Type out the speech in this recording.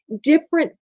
different